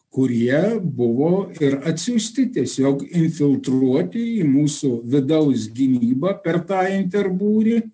kurie buvo ir atsiųsti tiesiog infiltruoti į mūsų vidaus gynybą per tą inter būrį